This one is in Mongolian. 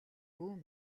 бүү